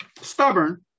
stubborn